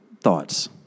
thoughts